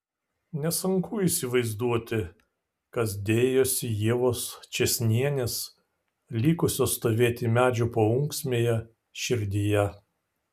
nesunku įsivaizduoti kas dėjosi ievos čėsnienės likusios stovėti medžių paunksmėje širdyje